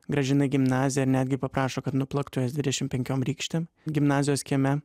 grąžina gimnazija netgi paprašo kad nuplaktų juos dvidešimt penkiom rykštėm gimnazijos kieme